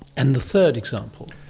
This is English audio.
and the third example?